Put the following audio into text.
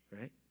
Right